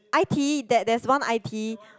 i_t_e there there's one i_t_e